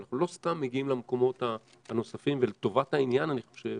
אבל אנחנו לא סתם מגיעים למקומות הנוספים ולטובת העניין אני חושב,